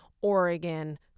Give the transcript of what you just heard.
Oregon